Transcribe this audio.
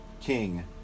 king